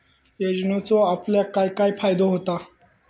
योजनेचो आपल्याक काय काय फायदो होता?